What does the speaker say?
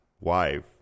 wife